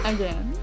Again